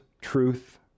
truth